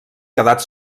quedat